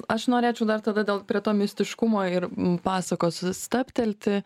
aš norėčiau dar tada dėl prie to mistiškumo ir pasakos stabtelti